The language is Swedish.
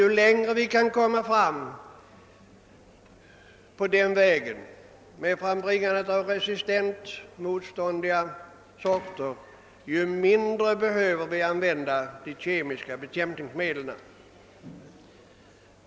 Ju längre vi kan komma på den vägen, desto mindre behöver vi använda de kemiska bekämpningsmedlen.